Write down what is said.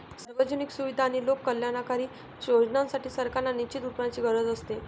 सार्वजनिक सुविधा आणि लोककल्याणकारी योजनांसाठी, सरकारांना निश्चित उत्पन्नाची गरज असते